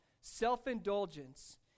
self-indulgence